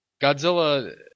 Godzilla